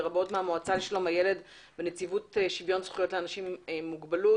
לרבות מהמועצה לשלום הילד ונציבות שוויון זכויות לאנשים עם מוגבלות,